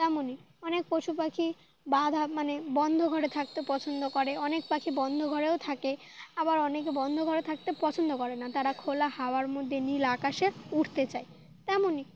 তেমনই অনেক পশু পাখি বাধা মানে বন্ধ ঘরে থাকতে পছন্দ করে অনেক পাখি বন্ধ ঘরেও থাকে আবার অনেকে বন্ধ ঘরে থাকতে পছন্দ করে না তারা খোলা হাওয়ার মধ্যে নীল আকাশে উঠতে চায় তেমনই